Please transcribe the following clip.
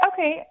Okay